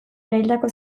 eraildako